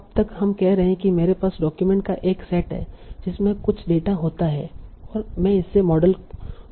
अब तक हम कह रहे हैं कि मेरे पास डाक्यूमेंट्स का एक सेट है जिसमें कुछ डेटा होता है और मैं इसे अपने मॉडल को देता हूं